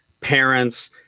parents